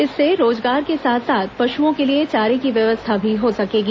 इससे रोजगार के साथ साथ पशुओं के लिए चारे की व्यवस्था भी हो सकेगी